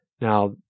Now